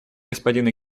господина